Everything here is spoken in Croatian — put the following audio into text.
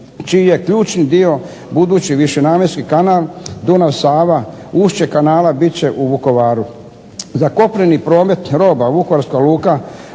čiji je ključni dio budući višenamjenski kanal Dunav-Sava, ušće kanala bit će u Vukovaru. Za kopneni promet roba vukovarska luka